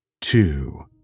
two